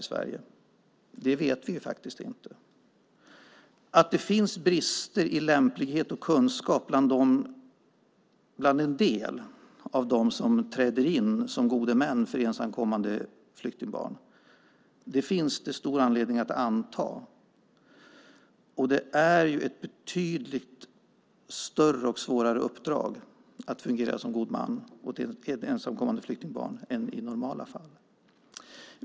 Det finns stor anledning att anta att det finns brister i lämplighet och kunskap bland en del av dem som träder in som gode män för ensamkommande flyktingbarn. Det är ett betydligt större och svårare uppdrag att fungera som god man till ensamkommande flyktingbarn än i normala fall.